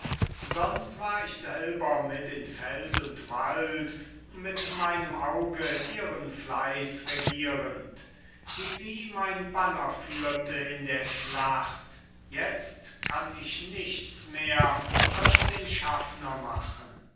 sonst war ich selber mit in feld und wald mit meinem auge ihren fleiss regierend wie sie mein banner führte in der schlacht jetzt kann ich nichts mehr als den schaffner machen